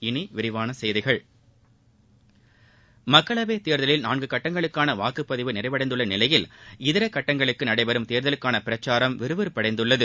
இனி விரிவான செய்திகள் மக்களவைத் தேர்தலில் நான்கு கட்டங்களுக்கான வாக்குப்பதிவு நிறைவடைந்துள்ள நிலையில் இதர கட்டங்களுக்கு நடைபெறும் தேர்தலுக்கான பிரச்சாரம் விறுவிறுப்படைந்துள்ளது